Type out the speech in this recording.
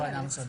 החדשה.